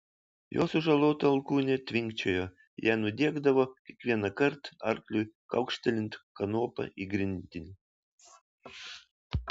jo sužalota alkūnė tvinkčiojo ją nudiegdavo kiekvienąkart arkliui kaukštelint kanopa į grindinį